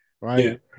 right